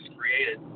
created